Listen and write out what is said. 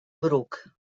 bruc